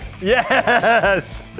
Yes